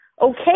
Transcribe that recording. okay